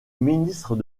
ministre